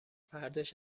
فرداش